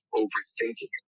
overthinking